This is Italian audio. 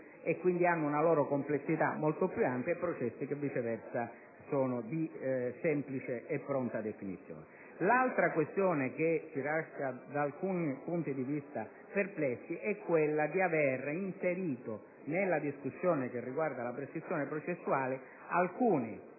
e quindi hanno una loro complessità molto più ampia, e processi che viceversa sono di semplice e pronta definizione. L'altra questione che da alcuni punti di vista ci lascia perplessi è quella di aver inserito, nella discussione che riguarda la prescrizione processuale, alcuni